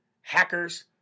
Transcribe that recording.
hackers